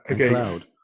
Okay